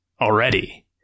already